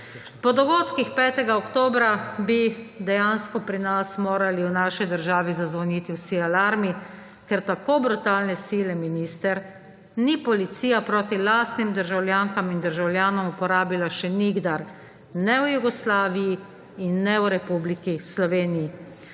Po dogodkih 5. oktobra bi dejansko pri nas, v naši državi morali zazvoniti vsi alarmi, ker tako brutalne sile minister ni policija proti lastnim državljankam in državljanom uporabila še nikdar: ne v Jugoslaviji in ne v Republiki Sloveniji.